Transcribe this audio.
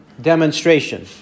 demonstration